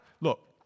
look